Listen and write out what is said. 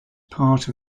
part